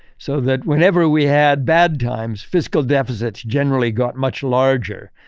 so that whenever we had bad times, fiscal deficits generally got much larger.